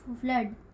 Flood